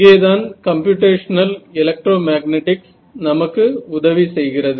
இங்கேதான் computational electromagnetics நமக்கு உதவி செய்கிறது